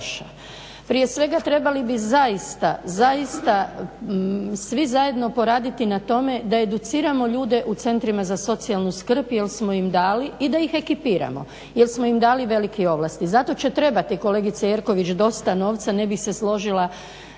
Prije svega trebali bi zaista svi zajedno poraditi na tome da educiramo ljude u centrima za socijalnu skrb jer smo im dali i da ih ekipiramo jer smo im dali velike ovlasti, zato će trebati kolegice Jerković dosta novca, ne bih se složila